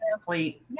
athlete